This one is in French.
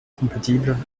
compatible